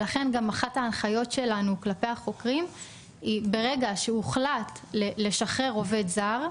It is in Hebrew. לכן גם אחת ההנחיות שלנו כלפי החוקרים היא שברגע שהוחלט לשחרר עובד זר,